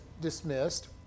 dismissed